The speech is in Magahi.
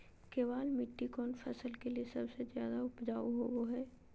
केबाल मिट्टी कौन फसल के लिए सबसे ज्यादा उपजाऊ होबो हय?